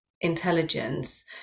intelligence